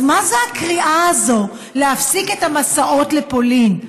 אז מה זו הקריאה הזו להפסיק את המסעות לפולין?